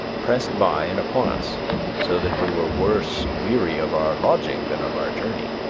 pressed by and upon us so that we were worse weary of our lodging than of our journey.